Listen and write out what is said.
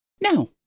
Now